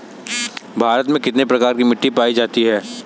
भारत में कितने प्रकार की मिट्टी पाई जाती है?